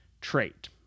trait